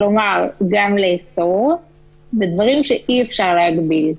כלומר גם לאסור, ודברים שאי-אפשר להגביל.